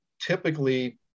typically